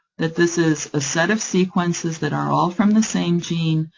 that this is a set of sequences that are all from the same gene,